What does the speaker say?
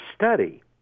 study